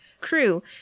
crew